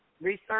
research